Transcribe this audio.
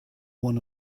one